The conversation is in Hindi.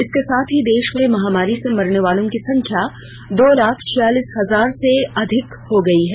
इसके साथ ही देश में महामारी से मरने वालों की संख्या दो लाख छियालीस हजार से अधिक हो गई है